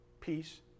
peace